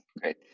great